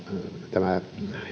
tämä